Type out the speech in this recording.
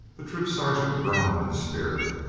the troop sergeant groaned in spirit.